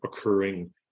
occurring